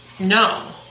No